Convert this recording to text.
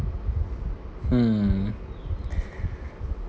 hmm